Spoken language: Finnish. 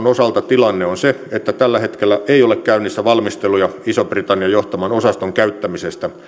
osalta tilanne on se että tällä hetkellä ei ole käynnissä valmisteluja ison britannian johtaman osaston käyttämisestä